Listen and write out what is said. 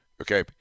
Okay